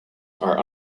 are